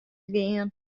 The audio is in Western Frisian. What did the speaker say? gean